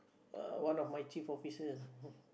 uh one of my chief officer